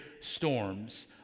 storms